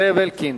זאב אלקין,